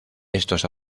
estos